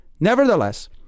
Nevertheless